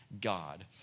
God